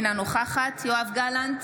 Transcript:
אינה נוכחת יואב גלנט,